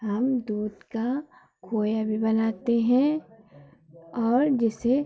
हम दूध का खोया भी बनाते हैं और जिसे